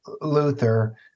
Luther